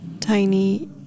tiny